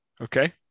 Okay